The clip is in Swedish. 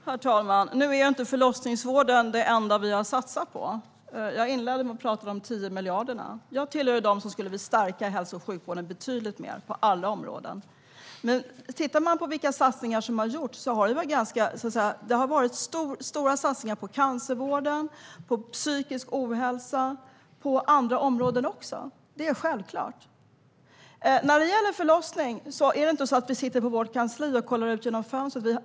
Herr talman! Nu är inte förlossningsvården det enda vi har satsat på. Jag inledde med att prata om de 10 miljarderna. Jag tillhör dem som skulle vilja stärka hälso och sjukvården betydligt mer på alla områden. Men man kan titta på vilka satsningar som har gjorts. Det har varit stora satsningar när det gäller cancervården, psykisk ohälsa och andra områden. Det är självklart. När det gäller förlossning är det inte så att vi sitter på vårt kansli och kollar ut genom fönstret.